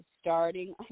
starting